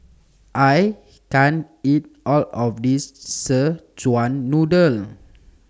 I can't eat All of This Szechuan Noodle